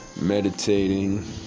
meditating